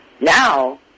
now